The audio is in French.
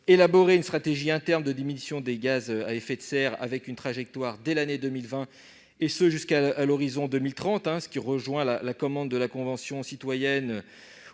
élaborer une stratégie interne de diminution des gaz à effet de serre, avec une trajectoire dès 2020 et jusqu'à l'horizon de 2030, ce qui rejoint la commande de la Convention citoyenne